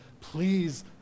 Please